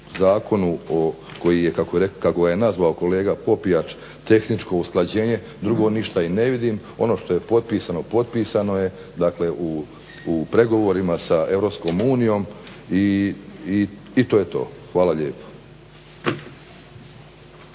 zakonu koji je, kako ga je nazvao kolega Popijač tehničko usklađenje drugo ništa i ne vidim. Ono što je potpisano, potpisano je. Dakle, u pregovorima sa EU i to je to. Hvala lijepo.